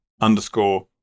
underscore